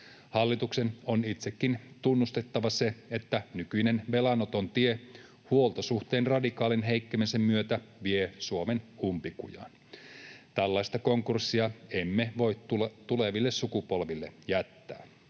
Hallituksen on itsekin tunnustettava se, että nykyinen velanoton tie huoltosuhteen radikaalin heikkenemisen myötä vie Suomen umpikujaan. Tällaista konkurssia emme voi tuleville sukupolville jättää.